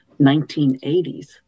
1980s